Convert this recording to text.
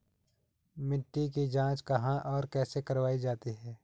मिट्टी की जाँच कहाँ और कैसे करवायी जाती है?